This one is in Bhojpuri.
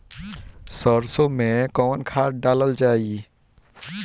सरसो मैं कवन खाद डालल जाई?